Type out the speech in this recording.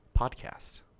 podcast